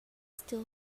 still